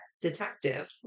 detective